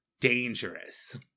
dangerous